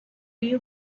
you